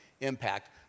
impact